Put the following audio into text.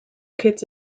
kids